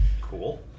Cool